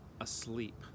asleep